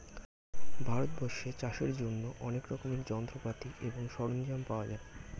ভারতবর্ষে চাষের জন্য অনেক রকমের যন্ত্রপাতি এবং সরঞ্জাম পাওয়া যায়